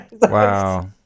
Wow